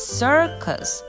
circus